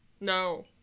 No